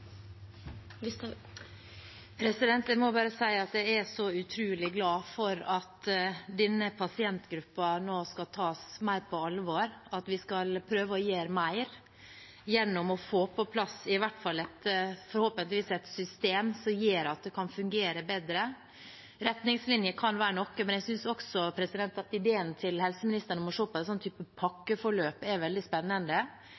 så utrolig glad for at denne pasientgruppen nå skal tas mer på alvor, at vi skal prøve å gjøre mer gjennom i hvert fall å få på plass et system som forhåpentligvis gjør at det kan fungere bedre. Retningslinjer kan være noe, men jeg synes også at ideen til helseministeren om å se på en type pakkeforløp er veldig spennende. Det